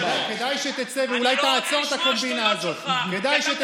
כשאתה קורא לזה "קומבינה" תתבייש לך.